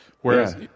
Whereas